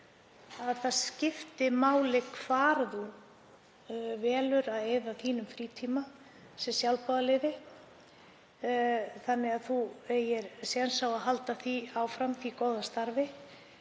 að það skipti máli hvar maður velur að eyða sínum frítíma sem sjálboðaliði þannig að maður eigi séns á að halda áfram því góða starfi.